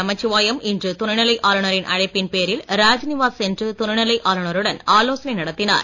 நமச்சிவாயம் இன்று துணைநிலை ஆளுநரின் அழைப்பின் பேரில் ராஜ்நிவாஸ் சென்று துணை நிலை ஆளுநருடன் ஆலோசனை நடத்தினார்